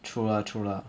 true lah true lah